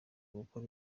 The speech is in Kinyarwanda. gukora